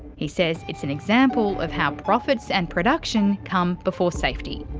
he says it's an example of how profits and production come before safety.